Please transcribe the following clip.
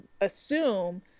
assume